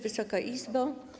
Wysoka Izbo!